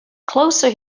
closer